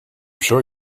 sure